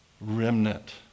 remnant